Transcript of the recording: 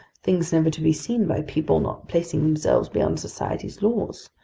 things never to be seen by people not placing themselves beyond society's laws!